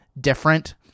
different